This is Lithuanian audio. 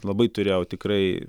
labai turėjau tikrai